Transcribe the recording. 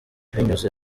binyuze